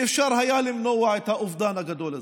שאפשר היה למנוע את האובדן הגדול הזה.